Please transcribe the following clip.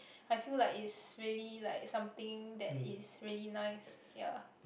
I feel like it's really like something that is really nice ya